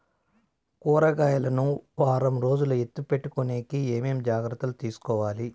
కూరగాయలు ను వారం రోజులు ఎత్తిపెట్టుకునేకి ఏమేమి జాగ్రత్తలు తీసుకొవాలి?